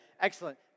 Excellent